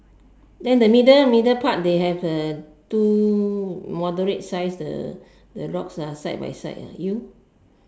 then the middle middle part they have the two moderate size the the rocks ah side by side ah you